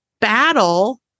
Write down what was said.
battle